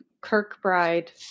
Kirkbride